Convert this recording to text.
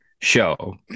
show